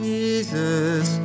Jesus